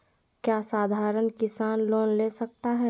क्या साधरण किसान लोन ले सकता है?